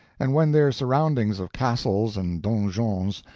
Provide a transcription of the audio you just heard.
and when their surroundings of castles and donjons,